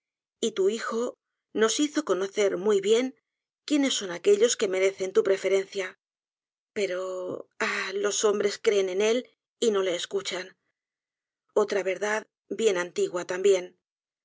y tu hijo nos hizo conocer muy bien quiénessoa aquellos que merecen tu preferencia pero ah los hotttbres creen eti él y no le escuchan otra verdad biéa antigua también